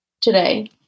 today